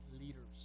leaders